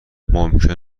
ممکنه